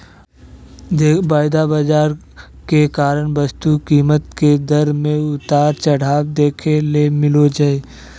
वायदा बाजार के कारण वस्तु कीमत के दर मे उतार चढ़ाव देखे ले मिलो जय